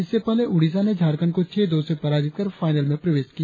इससे पहले ओड़िसा ने झारखंड को छह दो से पराजित कर फाईनल में प्रवेश किया